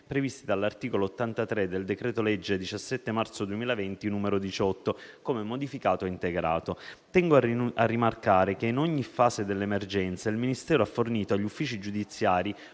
previsti dall'articolo 83 del decreto-legge 17 marzo 2020, n. 18, come modificato e integrato. Tengo a rimarcare che, in ogni fase dell'emergenza, il Ministero ha fornito agli uffici giudiziari